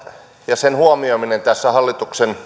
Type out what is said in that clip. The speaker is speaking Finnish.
ja sen huomioiminen tässä hallituksen